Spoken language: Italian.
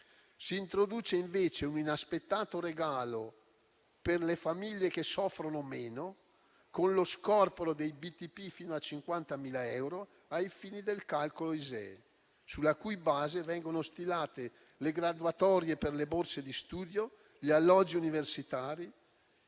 Si introduce invece un inaspettato regalo per le famiglie che soffrono meno, con lo scorporo dei BTP fino a 50.000 euro ai fini del calcolo ISEE, sulla cui base vengono stilate le graduatorie per le borse di studio, gli alloggi universitari,